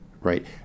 right